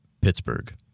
Pittsburgh